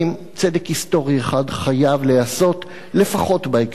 צדק היסטורי אחד חייב להיעשות לפחות בהקשר הזה.